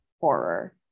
horror